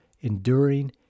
enduring